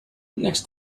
next